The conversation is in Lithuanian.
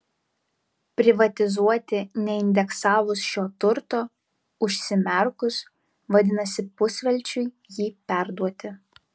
privatizuoti neindeksavus šio turto užsimerkus vadinasi pusvelčiui jį perduoti